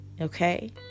Okay